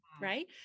right